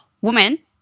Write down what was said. woman